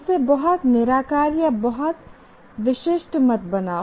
इसे बहुत निराकार या बहुत विशिष्ट मत बनाओ